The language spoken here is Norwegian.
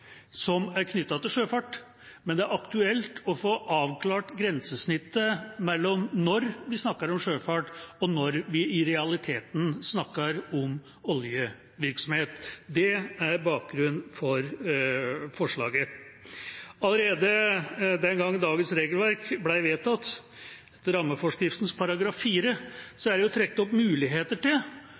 som er knyttet til sjøfart, men det er aktuelt å få avklart grensesnittet mellom når vi snakker om sjøfart, og når vi i realiteten snakker om oljevirksomhet. Det er bakgrunnen for forslaget. Allerede den gang dagens regelverk ble vedtatt, ble det i rammeforskriftens § 4 trukket opp muligheter til